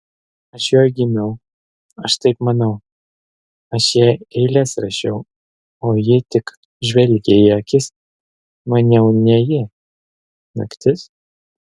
aš joj gimiau aš taip manau aš jai eiles rašiau o ji tik žvelgė į akis maniau ne ji naktis